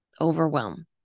Overwhelm